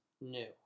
new